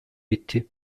bitti